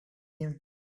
him